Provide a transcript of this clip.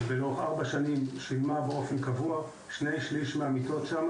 ולאורך ארבע שנים שילמה באופן קבוע שני שליש מהמיטות שם